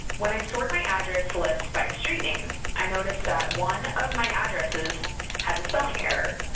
when i sort my address list by street name, i notice that one of my addresses has a spelling error.